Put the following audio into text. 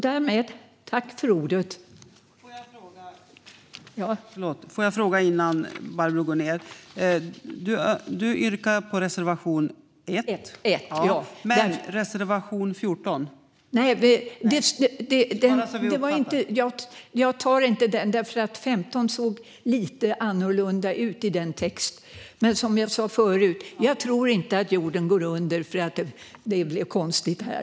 Jag yrkar bifall bara till reservation 1, inte 14 eller 15. De såg lite annorlunda ut i texten. Som jag sa förut tror jag inte att jorden går under för att det blev konstigt här.